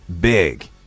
big